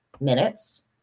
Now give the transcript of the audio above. minutes